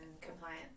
compliance